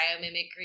biomimicry